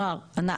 נוער וכולי,